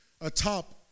atop